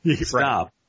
Stop